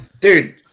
Dude